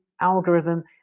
algorithm